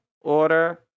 order